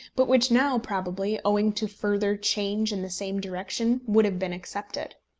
but which now, probably, owing to further change in the same direction, would have been accepted.